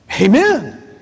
Amen